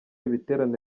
ibiterane